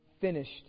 finished